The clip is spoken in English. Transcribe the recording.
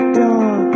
dog